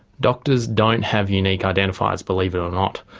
doctors don't have unique identifiers believe it or not,